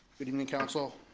good evening council,